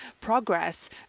progress